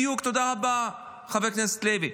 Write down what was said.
בדיוק, תודה רבה, חבר הכנסת לוי.